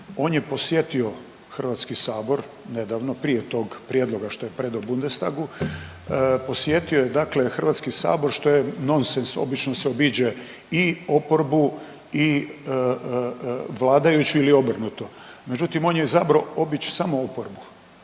On je posjetio Hrvatski sabor nedavno prije tog prijedloga što je predao Bundestagu posjetio je dakle Hrvatski sabor što je nonsens. Obično se obiđe i oporbu i vladajuće ili obrnuto. Međutim on je izabrao obići samo oporbu